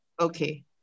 Okay